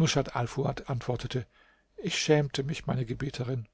antwortete ich schämte mich meine gebieterin